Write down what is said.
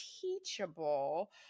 teachable